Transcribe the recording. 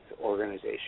organization